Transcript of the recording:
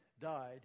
died